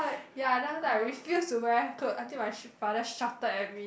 ya then after that I refused to wear clothes until my father shouted at me